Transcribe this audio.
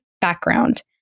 background